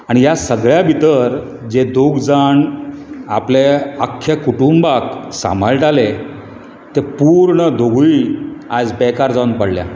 आनी ह्या सगळ्या भितर जे दोग जाण आपल्या आख्ख्या कुटुंबाक सांबाळटाले ते पूर्ण दोगूय आयज बेकार जावन पडल्यात